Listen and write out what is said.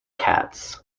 cats